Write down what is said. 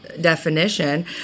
definition